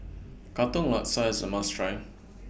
Katong Laksa IS A must Try